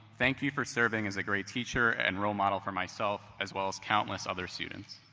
thank you for serving as a great teacher and role model for myself, as well as countless other students.